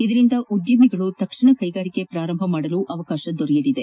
ಇದರಿಂದ ಉದ್ದಮಿಗಳು ತಕ್ಷಣ ಕೈಗಾರಿಕೆ ಪ್ರಾರಂಭ ಮಾಡಲು ಅವಕಾಶ ದೊರೆಯಲಿದೆ